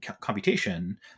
computation